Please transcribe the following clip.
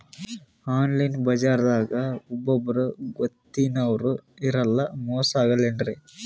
Online ಬಜಾರದಾಗ ಒಬ್ಬರೂ ಗೊತ್ತಿನವ್ರು ಇರಲ್ಲ, ಮೋಸ ಅಗಲ್ಲೆನ್ರಿ?